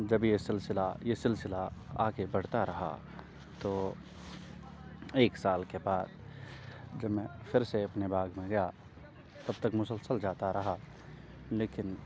جب یہ سلسلہ یہ سلسلہ آگے بڑھتا رہا تو ایک سال کے بعد جب میں پھر سے اپنے باگ میں گیا تب تک مسلسل جاتا رہا لیکن